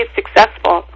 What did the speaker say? successful